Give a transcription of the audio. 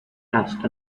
asked